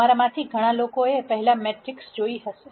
તમારામાંથી ઘણા લોકોએ પહેલાં મેટ્રિસીસ જોઇ હશે